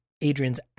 Adrian's